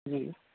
جی